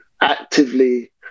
actively